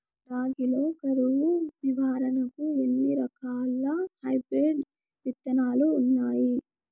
రాగి లో కరువు నివారణకు ఎన్ని రకాల హైబ్రిడ్ విత్తనాలు ఉన్నాయి